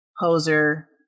poser